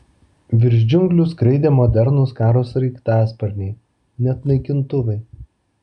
virš džiunglių skraidė modernūs karo sraigtasparniai net naikintuvai